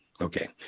Okay